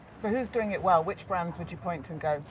so who's doing it well? which brands would you point to and go,